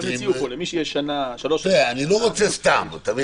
אני לא רוצה סתם, אתה מבין?